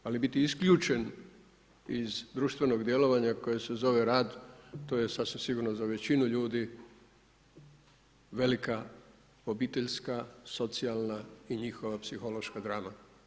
Ali biti isključen iz društvenog djelovanja koje se zove rad, to je sasvim sigurno za većinu ljudi velika obiteljska, socijalna i njihova psihološka drama.